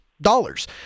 dollars